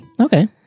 Okay